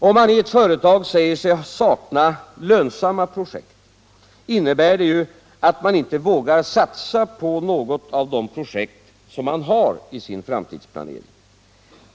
Om man i ett företag säger sig sakna lönsamma projekt, innebär det att man inte vågar satsa på något av de projekt man har i sin framtidsplanering.